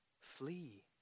flee